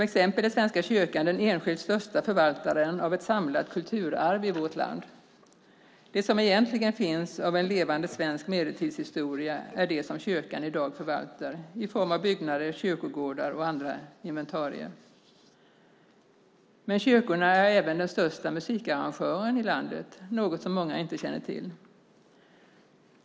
Exempelvis är Svenska kyrkan den enskilt största förvaltaren av ett samlat kulturarv i vårt land. Det som egentligen finns av en levande svensk medeltidshistoria är det som kyrkan i dag förvaltar i form av byggnader, kyrkogårdar och andra inventarier. Men kyrkorna är även den största musikarrangören i landet - något som många inte känner till.